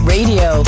Radio